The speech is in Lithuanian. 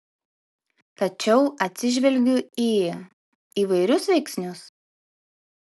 tačiau atsižvelgiu į įvairius veiksnius